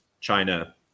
China